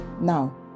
now